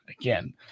again